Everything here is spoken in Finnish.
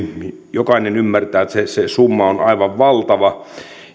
jokainen ymmärtää että se summa on aivan valtava